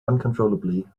uncontrollably